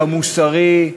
המוסרי,